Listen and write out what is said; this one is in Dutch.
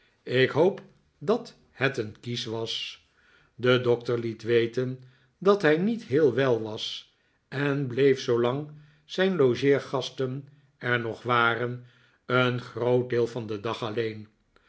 ik hoop dat het een kies was de doctor liet weten dat hij niet heel wel was en bleef zoolang zijn ldgeergasten er nog waren een groot deel van den dag alleen